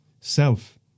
self